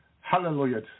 Hallelujah